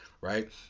right